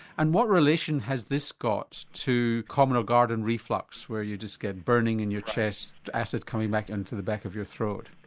and what relation has this got to common or garden reflux where you just get burning in your chest, acid coming back into the back of your throat?